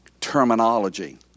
terminology